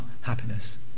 happiness